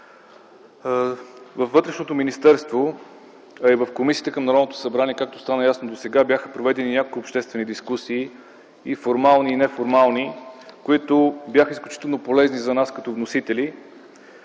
на вътрешните работи, а и в комисиите към Народното събрание, както стана ясно, бяха проведени няколко обществени дискусии – и формални, и неформални, които бяха изключително полезни за нас като вносители.